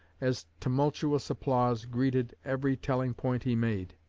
as tumultuous applause greeted every telling point he made.